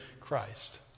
Christ